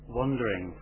wondering